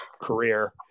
career